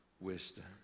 wisdom